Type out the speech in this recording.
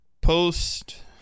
post